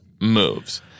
moves